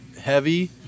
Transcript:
heavy